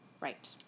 Right